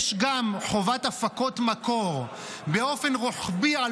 יש גם חובת הפקות מקור באופן רוחבי על